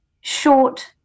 short